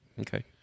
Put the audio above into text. okay